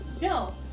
No